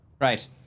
Right